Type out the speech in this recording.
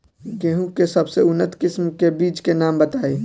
गेहूं के सबसे उन्नत किस्म के बिज के नाम बताई?